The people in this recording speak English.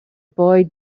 boy